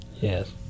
Yes